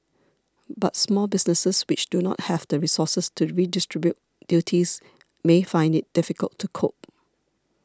but small businesses which do not have the resources to redistribute duties may find it difficult to cope